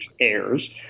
heirs